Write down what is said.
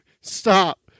stop